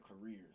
careers